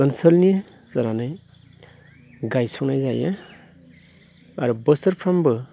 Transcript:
ओनसोलनि जानानै गायसंनाय जायो आरो बोसोरफ्रोमबो